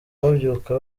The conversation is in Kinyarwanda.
babyuka